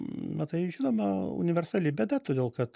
na tai žinoma universali bėda todėl kad